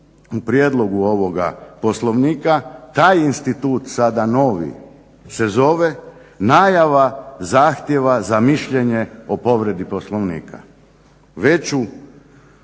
u prijedlogu ovoga Poslovnika taj institut sada novi se zove najava zahtjeva za mišljenje o povredi Poslovnika.